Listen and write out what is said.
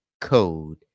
code